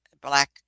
black